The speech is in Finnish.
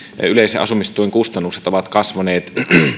yleisen asumistuen kustannukset ovat kasvaneet